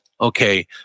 Okay